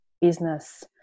business